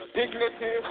dignity